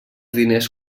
diners